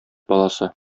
баласы